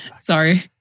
Sorry